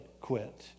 quit